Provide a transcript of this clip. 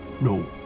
No